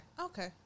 Okay